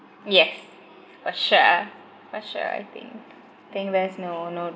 yes for sure for sure I think think that’s no no